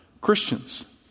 Christians